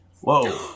Whoa